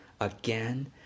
again